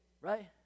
Right